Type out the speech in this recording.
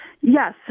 Yes